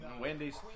Wendy's